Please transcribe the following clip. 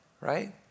right